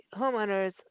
homeowners